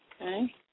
Okay